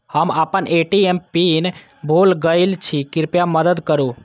हम आपन ATM PIN भूल गईल छी, कृपया मदद करू